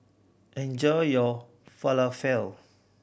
enjoy your Falafel